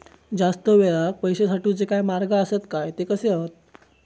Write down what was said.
जास्त वेळाक पैशे साठवूचे काय मार्ग आसत काय ते कसे हत?